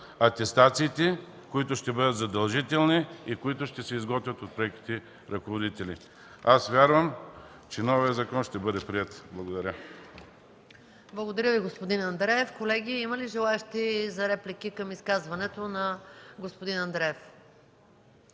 атестациите, които ще бъдат задължителни и които ще се изготвят от преките ръководители. Аз вярвам, че новият закон ще бъде приет. Благодаря. ПРЕДСЕДАТЕЛ МАЯ МАНОЛОВА: Благодаря Ви, господин Андреев. Колеги, има ли желаещи за реплики към изказването на господин Андреев?